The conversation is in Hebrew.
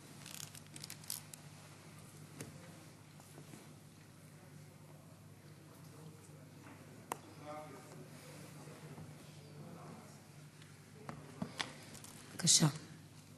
בבקשה.